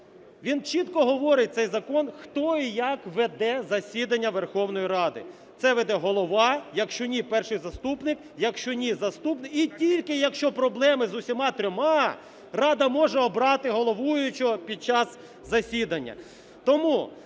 Він чітко говорить, цей закон, хто і як веде засідання Верховної Ради. Це веде Голова, якщо ні – Перший заступник, якщо ні – заступник, і тільки якщо проблеми з усіма трьома, Рада може обрати головуючого під час засідання.